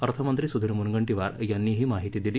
अर्थ मंत्री सुधीर मुनगंटीवार यांनी ही माहिती दिली